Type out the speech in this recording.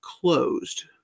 closed